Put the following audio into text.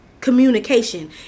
communication